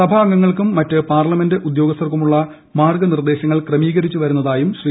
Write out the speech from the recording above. സഭാംഗങ്ങൾക്കും മറ്റ് പാർലമെന്റ് ഉദ്യോഗസ്ഥർ ക്കുമുള്ള മാർഗ്ഗ നിർദ്ദേശങ്ങൾ ക്രമീകരിച്ചു വരുന്നതായും ശ്രീ